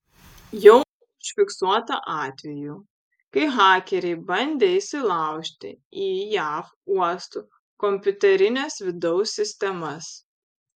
jau užfiksuota atvejų kai hakeriai bandė įsilaužti į jav uostų kompiuterines vidaus sistemas